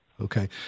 Okay